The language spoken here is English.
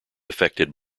affected